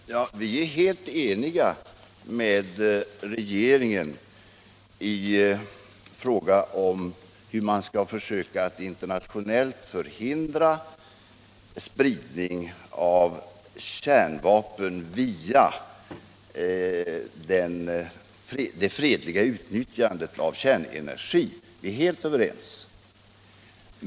Herr talman! Vi är helt ense med regeringen i fråga om hur man skall försöka att internationellt förhindra spridning av kärnvapen via det fredliga utnyttjandet av kärnenergin.